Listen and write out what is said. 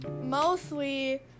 mostly